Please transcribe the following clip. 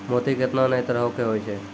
मोती केतना नै तरहो के होय छै